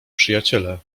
przyjaciele